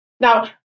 Now